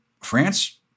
France